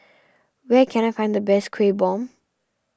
where can I find the best Kueh Bom